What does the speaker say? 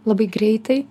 labai greitai